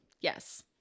Yes